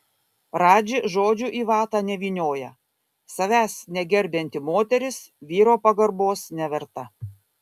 radži žodžių į vatą nevynioja savęs negerbianti moteris vyro pagarbos neverta